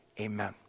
amen